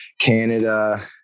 canada